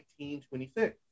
1926